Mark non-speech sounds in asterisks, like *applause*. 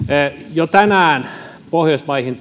jo tänään pohjoismaihin *unintelligible*